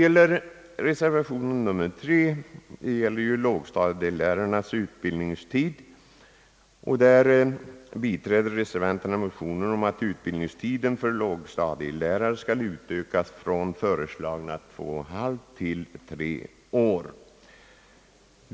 I reservation nr 3, som gäller lågstadielärarnas utbildningstid, biträder reservanterna ett motionspar i vilket yrkas, att utbildningstiden för lågstadielärare skall utökas från föreslagna 2 1/2 år till 3 år.